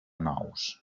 nous